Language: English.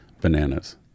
bananas